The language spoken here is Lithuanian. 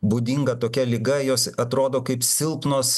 būdinga tokia liga jos atrodo kaip silpnos